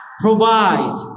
Provide